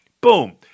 Boom